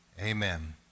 amen